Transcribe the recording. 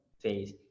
phase